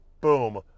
boom